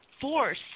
force